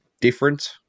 different